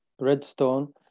Redstone